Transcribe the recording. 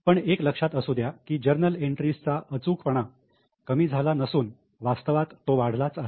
पण एक लक्षात असू द्या की जर्नल एंट्रीसचा अचूकपणा कमी झाला नसून वास्तवात वाढलाच आहे